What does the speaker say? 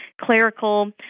clerical